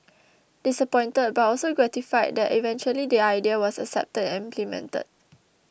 disappointed but also gratified that eventually the idea was accepted and implemented